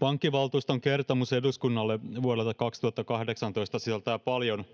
pankkivaltuuston kertomus eduskunnalle vuodelta kaksituhattakahdeksantoista sisältää paljon